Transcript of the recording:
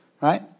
Right